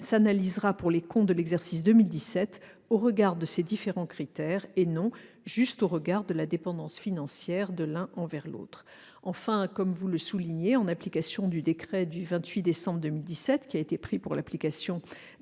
analysée pour les comptes de l'exercice 2017 au regard de ces différents critères, et non au seul regard de la dépendance financière de l'un envers l'autre. Enfin, en application du décret du 28 décembre 2017 pris pour l'application